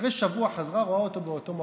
אחרי שבוע חזרה, רואה אותו באותו מקום.